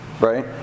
right